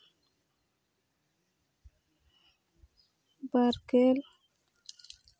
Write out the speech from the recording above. ᱵᱟᱨᱜᱮᱞ